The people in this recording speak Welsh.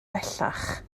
bellach